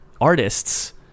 artists